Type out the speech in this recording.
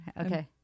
Okay